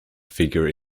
figure